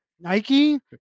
Nike